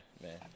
man